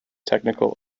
technical